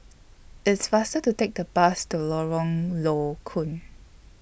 It's faster to Take The Bus to Lorong Low Koon